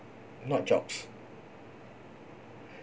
not jobs